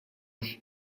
qu’est